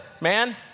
man